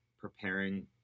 preparing